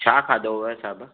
छा खाधो हुअव साहिब